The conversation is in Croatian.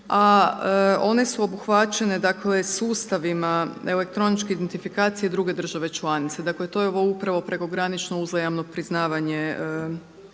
a one su obuhvaćene dakle sustavima elektroničke identifikacije druga države članice. Dakle to je ovo upravo prekogranično uzajamno priznavanje